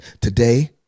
today